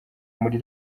muri